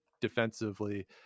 defensively